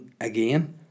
again